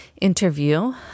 interview